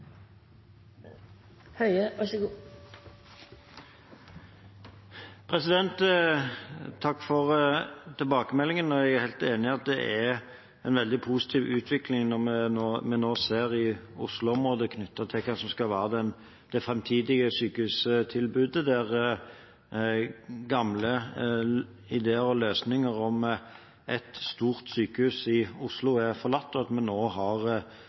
helt enig i at det er en veldig positiv utvikling vi nå ser i Oslo-området knyttet til hva som skal være det fremtidige sykehustilbudet, der gamle ideer og løsninger om ett stort sykehus i Oslo er forlatt, og at vi nå har